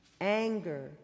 anger